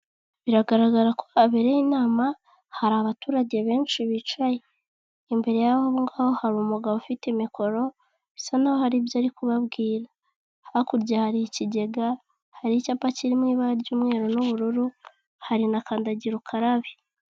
Biragaragara ko abereye inama hari abaturage benshi bicaye, imbere yaho ngaho hari umugabo ufite mikoro bisa n'aho hari ibyo ari kubabwira, hakurya hari ikige, hari icyapa kirimo ibara ry'umweru n'ubururu, hari na kandagirukarabe.